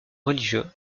religieux